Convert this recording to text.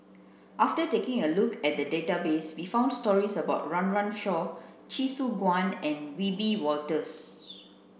after taking a look at the database we found stories about Run Run Shaw Chee Soon Juan and Wiebe Wolters